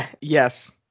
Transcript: Yes